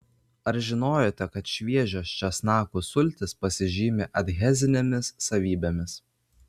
ar žinojote kad šviežios česnakų sultys pasižymi adhezinėmis savybėmis